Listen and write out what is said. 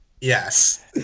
Yes